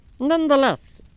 Nonetheless